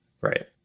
Right